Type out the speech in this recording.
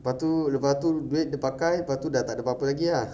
lepas tu lepas tu duit dia pakai lepas tu tak ada apa-apa lagi ah